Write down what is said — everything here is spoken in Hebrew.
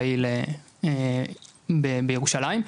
פעיל בירושלים.